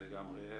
לגמרי.